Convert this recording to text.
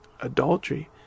adultery